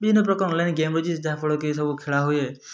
ବିଭିନ୍ନ ପ୍ରକାର online game ଅଛି ଯାହା ଫଳରେ କି ସବୁ ଖେଳା ହୁଏ